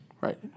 Right